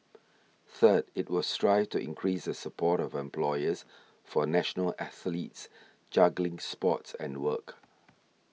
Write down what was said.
third it will strive to increase the support of employers for national athletes juggling sports and work